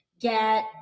get